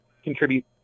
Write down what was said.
contribute